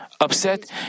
upset